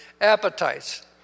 appetites